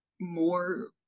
more